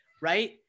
right